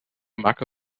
macke